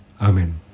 Amen